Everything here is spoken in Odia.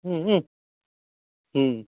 ହୁଁ ହୁଁ ହୁଁ